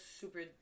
super